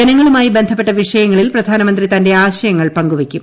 ജനങ്ങളുമായി ബന്ധപ്പെട്ട വിഷയങ്ങളിൽ പ്രധാനമന്ത്രി തന്റെ ആശയങ്ങൾ പങ്കുവയ്ക്കും